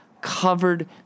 covered